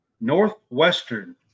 Northwestern